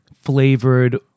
flavored